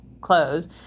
clothes